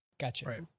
Gotcha